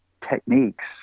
techniques